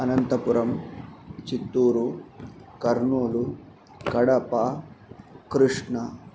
Anantapuram Chittoor Kurnool Kadapa Krishna